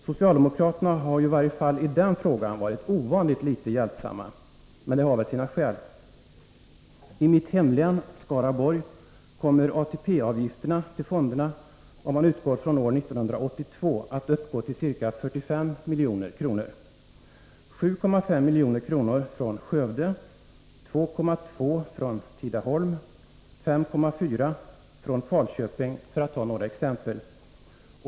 Socialdemokraterna har ju i varje fall i den frågan varit ovanligt litet hjälpsamma. Men det har väl sina skäl. I mitt hemlän, Skaraborgs län, kommer ATP-avgifterna till fonderna, om man utgår från år 1982, att uppgå till ca 45 milj.kr. —7,5 milj.kr. från Skövde, 2,2 från Tidaholm och 5,4 från Falköping, för att ta några exempel.